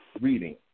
reading